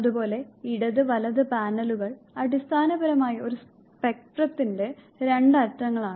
അതുപോലെ ഇടത് വലത് പാനലുകൾ അടിസ്ഥാനപരമായി ഒരു സ്പെക്ട്രത്തിന്റെ രണ്ട് അറ്റങ്ങളാണ്